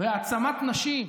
בהעצמת נשים,